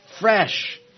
fresh